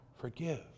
forgive